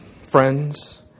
friends